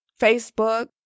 Facebook